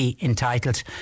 entitled